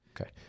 Okay